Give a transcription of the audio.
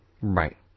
Right